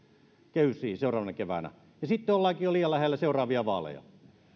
kehysriihi seuraavana keväänä ja sitten ollaankin jo liian lähellä seuraavia vaaleja